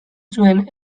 zuen